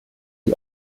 die